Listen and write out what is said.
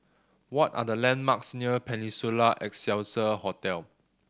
what are the landmarks near Peninsula Excelsior Hotel